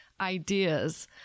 ideas